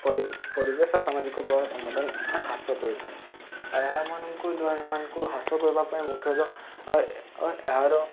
ପରିବେଶ ଆଉ ସାମାଜିକ ସମାଧାନ ହ୍ରାସ କରିଥାଏ ଏହାମାନଙ୍କୁ ଏମାନଙ୍କୁ ହ୍ରାସ କରିବା ପାଇଁ ମୁଖ୍ୟତଃ ଏହାର